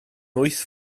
wyth